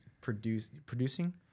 producing